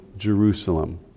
Jerusalem